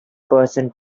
person